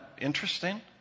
interesting